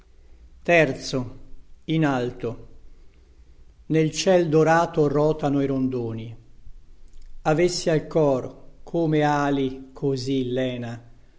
le culle nel ciel dorato rotano i rondoni avessi al cor come ali così lena